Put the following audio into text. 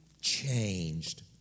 changed